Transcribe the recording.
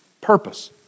Purpose